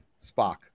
Spock